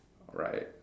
alright